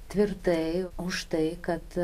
tvirtai už tai kad